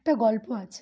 একটা গল্প আছে